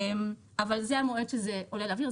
אבל זה המועד שזה עולה לאוויר,